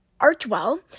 Archwell